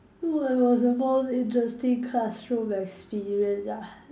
what was the most interesting classroom experience ah